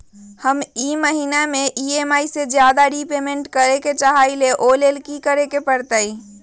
हम ई महिना में ई.एम.आई से ज्यादा रीपेमेंट करे के चाहईले ओ लेल की करे के परतई?